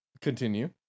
Continue